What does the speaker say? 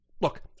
look